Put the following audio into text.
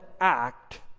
act